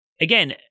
again